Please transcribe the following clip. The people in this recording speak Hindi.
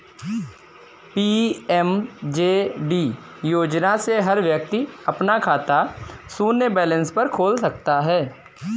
पी.एम.जे.डी योजना से हर व्यक्ति अपना खाता शून्य बैलेंस पर खोल सकता है